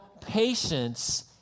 patience